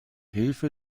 hilfe